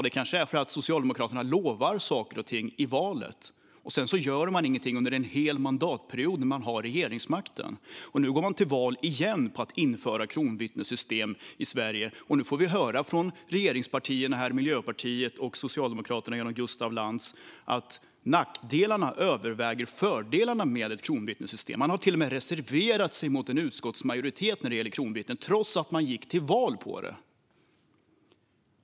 Det kanske är för att Socialdemokraterna har lovat saker och ting inför valet och sedan inte gjort någonting under en hel mandatperiod när man haft regeringsmakten. Nu går man till val igen på att införa kronvittnessystem i Sverige. Och nu får vi höra från regeringspartierna, Miljöpartiet och Socialdemokraterna genom Gustaf Lantz, att nackdelarna med ett kronvittnessystem överväger fördelarna. Man har till och med reserverat sig mot en utskottsmajoritet när det gäller kronvittnen, trots att man gick till val på det.